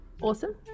Awesome